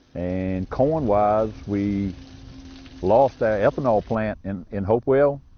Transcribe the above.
and corn-wise, we lost our ethanol plant in in hopewell.